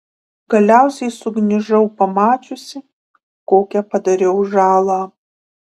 galiausiai sugniužau pamačiusi kokią padariau žalą